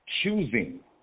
choosing